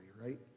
right